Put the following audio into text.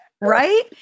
right